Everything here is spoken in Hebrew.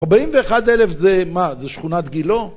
41 אלף זה מה? זה שכונת גילה?